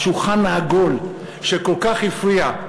השולחן העגול שכל כך הפריע,